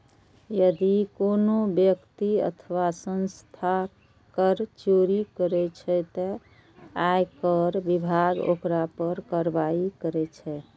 यदि कोनो व्यक्ति अथवा संस्था कर चोरी करै छै, ते आयकर विभाग ओकरा पर कार्रवाई करै छै